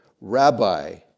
rabbi